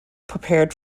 prepared